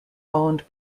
owned